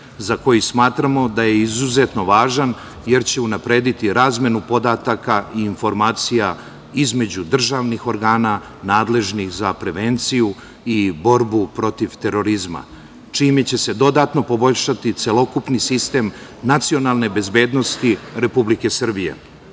za koji smatramo da je izuzetno važan jer će unaprediti razmenu podataka i informacija između državnih organa nadležnih za prevenciju i borbu protiv terorizma, čime će se dodatno poboljšati celokupni sistem nacionalne bezbednosti Republike